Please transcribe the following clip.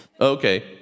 Okay